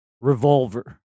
Revolver